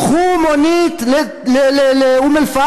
קחו מונית לאום-אלפחם.